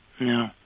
No